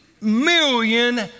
million